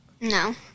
no